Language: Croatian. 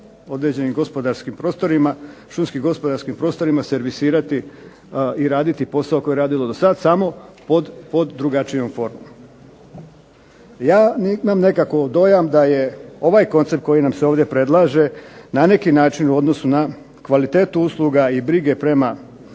određenim gospodarskim prostorima, šumskim gospodarskim prostorima servisirati i raditi posao koji je radila dosad samo pod drugačijom formom. Ja imam nekako dojam da je ovaj koncept koji nam se ovdje predlaže na neki način u odnosu na kvalitetu usluga i brige prema